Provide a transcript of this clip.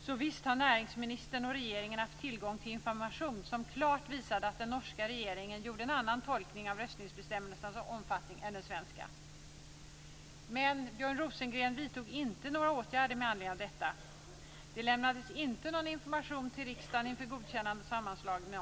Så visst har näringsministern och regeringen haft tillgång till information som klart visar att den norska regeringen gjorde en annan tolkning av röstningsbestämmelsernas omfattning än den svenska. Men Björn Rosengren vidtog inte några åtgärder med anledning av detta. Det lämnades inte någon information om det till riksdagen inför godkännandet av sammanslagningen.